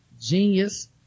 genius